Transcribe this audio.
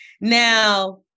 Now